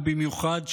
ובמיוחד,